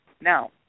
Now